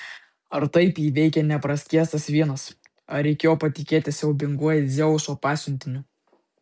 ar taip jį veikė nepraskiestas vynas ar reikėjo patikėti siaubinguoju dzeuso pasiuntiniu